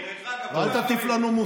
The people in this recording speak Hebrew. תשמע מה ווליד טאהא אומר.